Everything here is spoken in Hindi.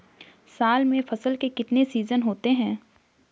साल में फसल के कितने सीजन होते हैं?